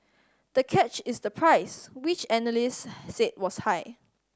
the catch is the price which analysts said was high